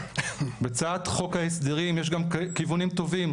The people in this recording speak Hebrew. בהצעת חוק ההסדרים יש גם כיוונים טובים.